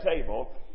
table